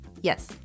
Yes